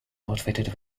outfitted